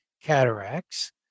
cataracts